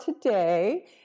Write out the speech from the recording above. today